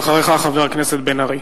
אחריך, חבר הכנסת בן-ארי.